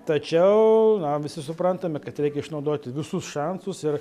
tačiau visi suprantame kad reikia išnaudoti visus šansus ir